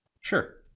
Sure